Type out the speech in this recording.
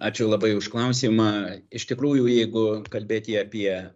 ačiū labai už klausimą iš tikrųjų jeigu kalbėti apie